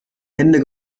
hände